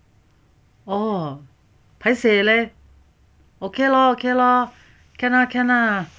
oh paiseh leh okay lor okay lor can lah can lah